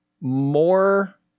More